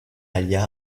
alia